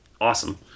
awesome